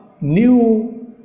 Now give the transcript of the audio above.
new